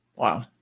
Wow